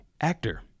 actor